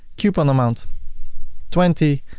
coupon amount twenty